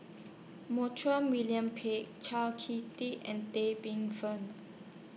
Montague William Pett Chau Key Ting and Tan Paey Fern